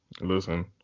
Listen